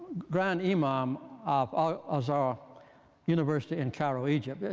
grand imam of ah al-azhar university in cairo, egypt.